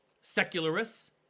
secularists